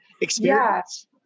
experience